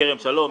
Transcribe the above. כרם שלום...